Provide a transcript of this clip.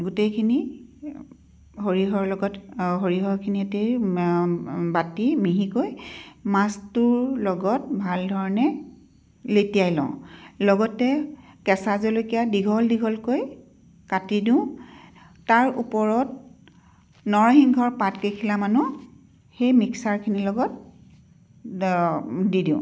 গোটেইখিনি সৰিয়হৰ লগত সৰিয়হখিনি সৈতে বাটি মিহিকৈ মাছটোৰ লগত ভালধৰণে লেটিয়াই লওঁ লগতে কেঁচা জলকীয়া দীঘল দীঘলকৈ কাটি দিওঁ তাৰ ওপৰত নৰসিংহৰ পাত কেইখিলামানো সেই মিক্সাৰখিনিৰ লগত দি দিওঁ